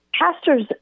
Pastors